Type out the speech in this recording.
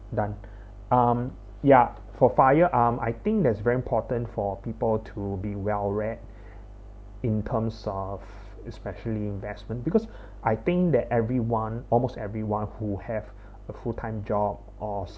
done um ya for firearm I think that's very important for people to be well read in terms of especially investment because I think that every one almost everyone who have a full time job or